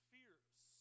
fears